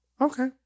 Okay